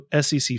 SEC